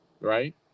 Right